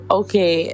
okay